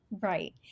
Right